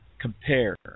compare